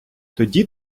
тоді